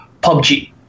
PUBG